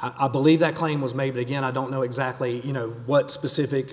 hades i believe that claim was made again i don't know exactly you know what specific